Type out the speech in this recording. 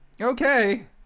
Okay